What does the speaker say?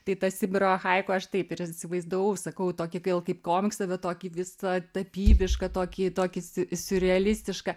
tai tą sibiro haiku aš taip ir įsivaizdavau sakau tokį gal kaip komiksą bet tokį visa tapybišką tokį tokį siu siurrealistišką